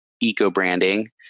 eco-branding